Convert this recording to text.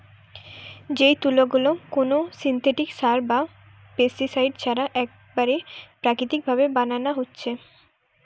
যেই তুলা গুলা কুনো সিনথেটিক সার বা পেস্টিসাইড ছাড়া একেবারে প্রাকৃতিক ভাবে বানানা হচ্ছে